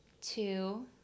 Two